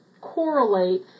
correlate